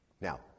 Now